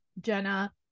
Jenna